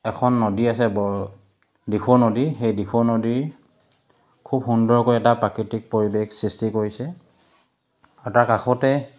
এখন নদী আছে বৰ দিখৌ নদী সেই দিখৌ নদীৰ খুব সুন্দৰকৈ এটা প্ৰাকৃতিক পৰিৱেশ সৃষ্টি কৰিছে আৰু তাৰ কাষতে